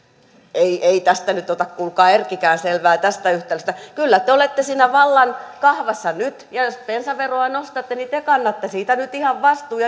ei ei tästä nyt ota kuulkaa erkkikään selvää tästä yhtälöstä kyllä te te olette siinä vallan kahvassa nyt ja jos bensaveroa nostatte niin te kannatte siitä nyt ihan vastuun